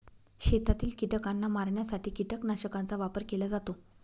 शेतातील कीटकांना मारण्यासाठी कीटकनाशकांचा वापर केला जातो